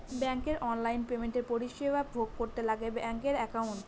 ব্যাঙ্কের অনলাইন পেমেন্টের পরিষেবা ভোগ করতে লাগে ব্যাঙ্কের একাউন্ট